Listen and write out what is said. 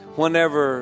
whenever